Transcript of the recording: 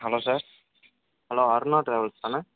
hello sir hello Aruna travels தானே